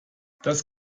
das